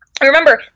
Remember